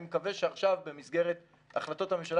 אני מקווה שעכשיו במסגרת החלטות הממשלה